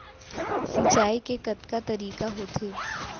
सिंचाई के कतका तरीक़ा होथे?